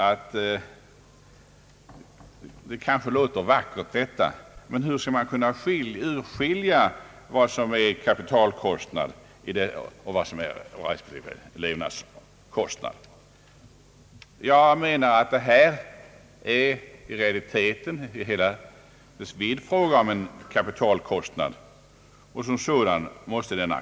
Detta låter vackert. Men hur skall man kunna urskilja vad som är kapitalkostnad och vad som är levnadskostnad? I realiteten är det till alla delar fråga om en kapitalkostnad för vilken avdragsrätt måste finnas.